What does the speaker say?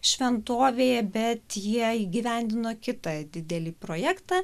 šventovėje bet jie įgyvendino kitą didelį projektą